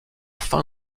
fin